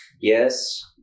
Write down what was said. Yes